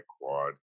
quad